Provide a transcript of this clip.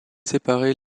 séparées